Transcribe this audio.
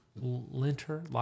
Linter